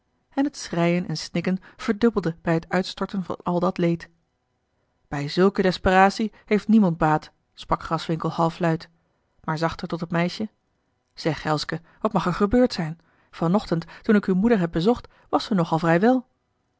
en het schreien en snikken verdubbelde bij het uitstorten van al dat leed bij zulke desperacie heeft niemand baat sprak graswinckel halfluid maar zachter tot het meisje zeg elske wat mag er gebeurd zijn van ochtend toen ik uwe moeder heb bezocht was ze nogal vrij